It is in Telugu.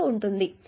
అనగా 3 L dI1 dt